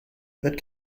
that